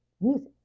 music